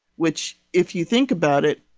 which, if you think about it,